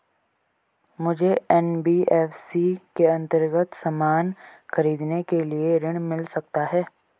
मुझे एन.बी.एफ.सी के अन्तर्गत सामान खरीदने के लिए ऋण मिल सकता है?